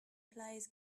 plays